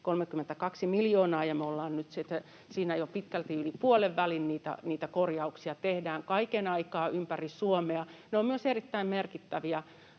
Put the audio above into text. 32 miljoonaa, ja me ollaan nyt siinä jo pitkälti yli puolenvälin, ja niitä korjauksia tehdään kaiken aikaa ympäri Suomea. Ne ovat myös erittäin merkittäviä